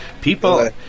People